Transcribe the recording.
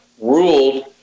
ruled